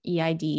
EID